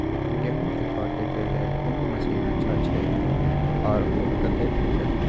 गेहूं के काटे के लेल कोन मसीन अच्छा छै आर ओ कतय भेटत?